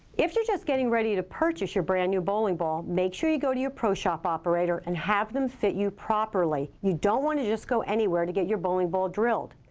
if you're just getting ready to purchase your brand new bowling ball, make sure you go to your pro shop operator and have them fit you properly. you don't want to just go anywhere to get your bowling ball drilled.